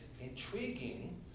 intriguing